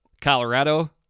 Colorado